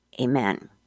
Amen